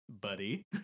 buddy